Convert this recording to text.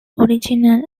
original